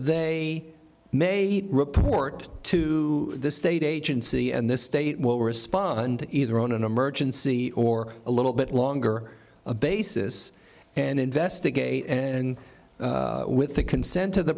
they may report to the state agency and the state will respond either on an emergency or a little bit longer basis and investigate and with the consent of the